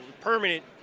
permanent